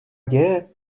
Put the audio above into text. děje